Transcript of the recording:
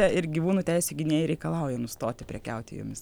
ir gyvūnų teisių gynejai reikalauja nustoti prekiauti jomis